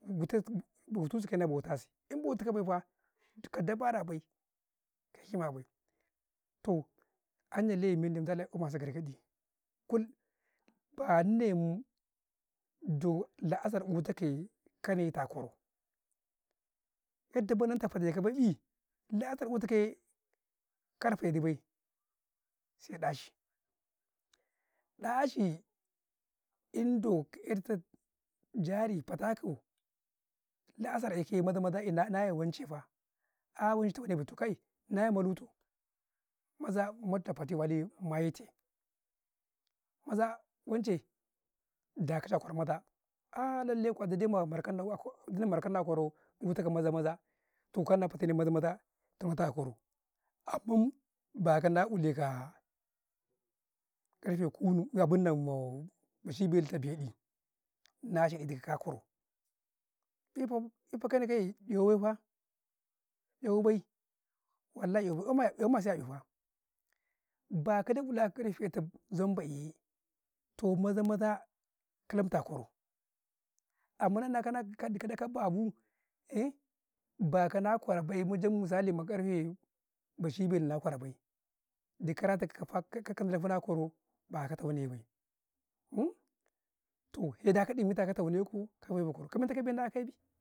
﻿Bau tusu kau, na bautasi, in bautu ka bay faa, ka da bara bay ka kima bay, toh an ye lewan menday na'ya su gar-ga ɗi, kull ban Nne mundo la'asar ita ka yee ne Nnitai a kwarau, wedda ka nan ka fa tafa te ti i la'asar ko ti kaye, kar ka ye di bay sai ɗaci, ɗaci indo ayi ke tuka jar fata kau la'asar ayi ke maza - maza ina naye wance faa, ai wance tau ne bau, toh kai nayi malu tu, maza matta fate male maye te, maza ,ah lelle kuwa dai-dai ma mar kan nau, gi mar ka nau a kwarau ii maza-maza, toh ka ina fatan ni maza-maza, tu kwanta ka oh kwarau, ammoon, bakau na ulee, kaa ǩarfe kunu, abunnan macil belu ka be ɗi, na tsa ɗai du kau na kwararau, i fau ika yee, 'yawau bay faa, jire 'yawau bay faa, baka dai uluka ǩarfe ma zam bay yee, toh maza-maza ka yin teka a kwarau, amma kana du kau ka babu, bakau amma kana du kau babu, bakau na kwarra bay, mujam misali ma ǩarfe baci belu na kwarau bay, di kau ra tikau ka fati kaka kwarau baka tau ne bay, toh sai daka ɗimi tukau tau ne ki, ka fay kwarau, ka men tau ɗi mi na a kay bay.